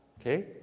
Okay